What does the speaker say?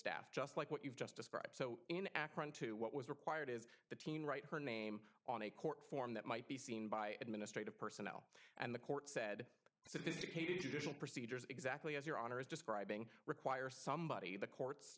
staff just like what you've just described so in akron two what was required is the teen write her name on a court form that might be seen by administrative personnel and the court said so this is a different procedures exactly as your honor is describing require somebody the courts